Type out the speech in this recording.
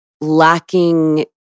lacking